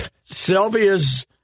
Sylvia's